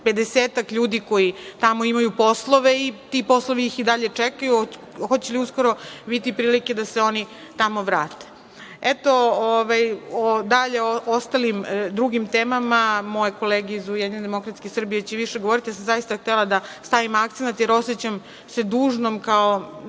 ljudi koji tamo maju poslove i ti poslovi ih i dalje čekaju. Hoće li uskoro biti prilike da se oni tamo vrate? Dalje, o ostalim i drugim temama moje kolege iz UDS će više govoriti. Ja sam zaista htela da stavim akcenat, jer osećam se dužnom, kao